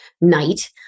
night